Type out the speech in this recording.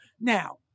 Now